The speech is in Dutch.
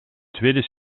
tweede